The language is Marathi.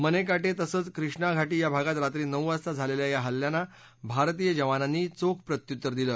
मनक्विटत्रिसंच क्रिष्णा घाटी या भागात रात्री नऊ वाजता झालख्खा या हल्ल्यांना भारतीय जवानांनी चोख प्रत्युत्तर दिलं